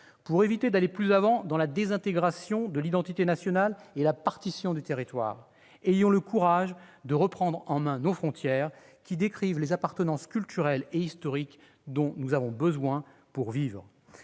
Pour éviter d'aller plus avant dans la désintégration de l'identité nationale et la partition du territoire, ayons le courage de reprendre en main nos frontières, qui décrivent les appartenances culturelles et historiques dont nous avons besoin pour vivre.